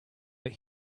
but